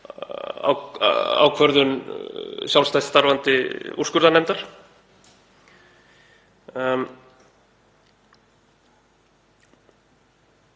ákvörðun sjálfstætt starfandi úrskurðarnefndar.